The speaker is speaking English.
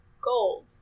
gold